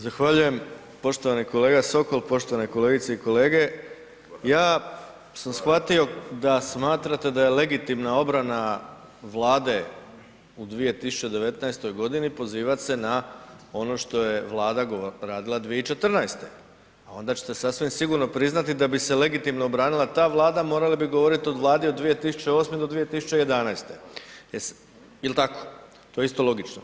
Zahvaljujem, poštovani kolega Sokol, poštovane kolegice i kolege, ja sam shvatio da smatrate da je legitimna obrana Vlade u 2019. godini pozivat se na ono što je Vlada radila 2014., a onda ćete sasvim sigurno priznati da bi se legitimno obranila ta vlada, morali bi govoriti o vladi od 2008. do 2011. jel tako, to je isto logično.